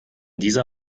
dieser